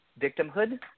victimhood